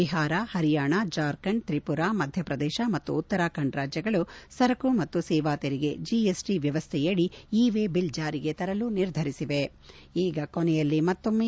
ಬಿಹಾರ ಪರಿಯಾಣ ಜಾರ್ಖಂಡ್ ತ್ರಿಪುರಾ ಮಧ್ಯಪ್ರದೇಶ ಮತ್ತು ಉತ್ತರಾಖಂಡ್ ರಾಜ್ಲಗಳು ಸರಕು ಮತ್ತು ಸೇವಾ ತೆರಿಗೆ ಜಿಎಸ್ಟ ವ್ಯವಸ್ಥೆಯಡಿ ಇ ವೇ ಬಿಲ್ ಜಾರಿಗೆ ತರಲು ನಿರ್ಧರಿಸಿವೆ